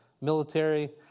military